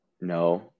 No